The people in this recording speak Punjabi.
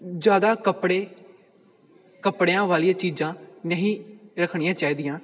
ਜ਼ਿਆਦਾ ਕੱਪੜੇ ਕੱਪੜਿਆਂ ਵਾਲੀਆਂ ਚੀਜ਼ਾਂ ਨਹੀਂ ਰੱਖਣੀਆਂ ਚਾਹੀਦੀਆਂ